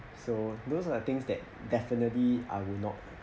so those are things that definitely I will not